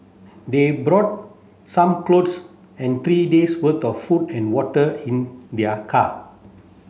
they brought some clothes and three days worth of food and water in their car